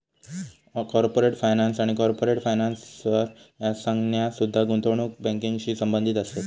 corporate finance आणि corporate financer ह्या संज्ञा सुद्धा गुंतवणूक बँकिंगशी संबंधित असत